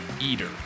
Eater